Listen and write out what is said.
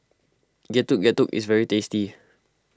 Getuk Getuk is very tasty